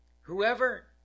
Whoever